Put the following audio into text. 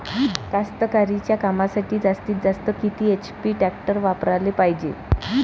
कास्तकारीच्या कामासाठी जास्तीत जास्त किती एच.पी टॅक्टर वापराले पायजे?